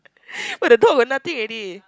but the dog were nothing already